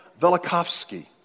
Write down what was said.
Velikovsky